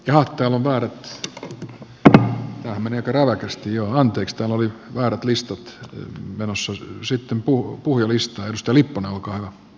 johtaja voi nyt ottaa ja menee protesti johon teksta oli väärät liistot oy haluan palauttaa tämän tähän kyseiseen lakiesitykseen